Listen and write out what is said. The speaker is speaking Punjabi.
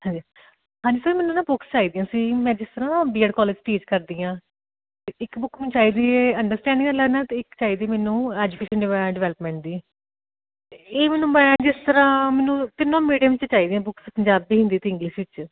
ਹਾਂਜੀ ਹਾਂਜੀ ਸਰ ਮੈਨੂੰ ਨਾ ਬੁੱਕਸ ਚਾਹੀਦੀਆ ਸੀ ਮੈਂ ਜਿਸ ਤਰ੍ਹਾਂ ਨਾ ਬੀ ਐਡ ਕੋਲੇਜ ਟੀਚ ਕਰਦੀ ਹਾਂ ਅਤੇ ਇੱਕ ਬੁੱਕ ਮੈਨੂੰ ਚਾਹੀਦੀ ਏ ਅੰਡਰਸਟੈਡਿੰਗ ਲਰਨਰ ਅਤੇ ਇੱਕ ਚਾਹੀਦੀ ਮੈਨੂੰ ਐਜੂਕੇਸ਼ਨ ਡਿਵੈ ਡਿਵੈਲਪਮੈਂਟ ਦੀ ਇਹ ਮੈਨੂੰ ਮੈਂ ਜਿਸ ਤਰ੍ਹਾਂ ਮੈਨੂੰ ਤਿੰਨੋ ਮੀਡੀਅਮ 'ਚ ਚੀਹੀਦੀ ਬੁੱਸਕ ਪੰਜਾਬੀ ਹਿੰਦੀ ਅਤੇ ਇੰਗਲਿਸ਼ ਵਿੱਚ